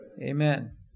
Amen